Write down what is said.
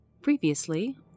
Previously